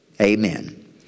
amen